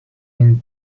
and